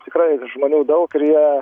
tikrai žmonių daug ir jie